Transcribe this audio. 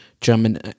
German